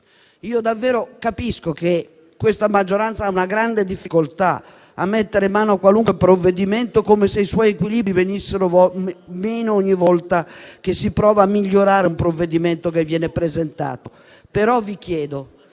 davvero che questa maggioranza ha una grande difficoltà a mettere mano a qualunque provvedimento come se i suoi equilibri venissero meno ogni volta che si prova a migliorare un testo che viene presentato,